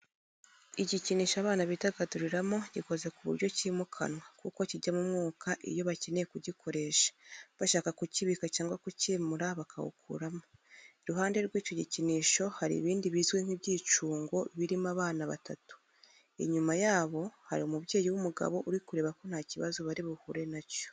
Igikinisho abana bidagaduriramo gikoze ku buryo kimukanwa kuko cyijyamo umwuka igihe bakeneye kugikoresha bashaka kukibika cyangwa kukimura bakawukuramo. Iruhande rw'icyo gikinisho hari ibindi bizwi nk'ibyicungo birimo abana batatu, inyuma yabo hari umubyeyi w'umugabo uri kureba ko nta kibazo bari buhure nacyo.